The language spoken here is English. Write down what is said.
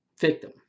victim